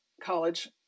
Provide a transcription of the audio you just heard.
college